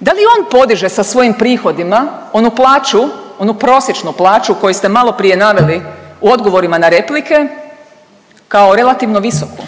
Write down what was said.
Da li on podiže sa svojim prihodima onu plaću, onu prosječnu plaću koju ste maloprije naveli u odgovorima na replike kao relativno visoku,